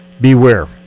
beware